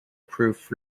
proof